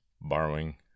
borrowing